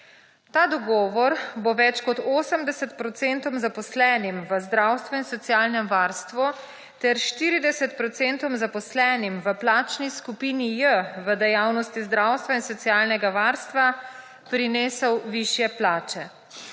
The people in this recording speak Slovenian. Ta dogovor bo več kot 80 % zaposlenim v zdravstveno in socialnem varstvu ter 40 % zaposlenim v plačni skupini J v dejavnosti zdravstva in socialnega varstva prinesel višje plače.